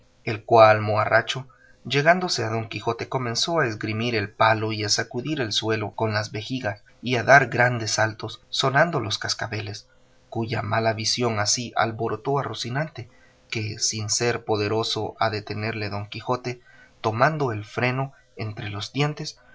el cual moharracho llegándose a don quijote comenzó a esgrimir el palo y a sacudir el suelo con las vejigas y a dar grandes saltos sonando los cascabeles cuya mala visión así alborotó a rocinante que sin ser poderoso a detenerle don quijote tomando el freno entre los dientes